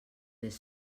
les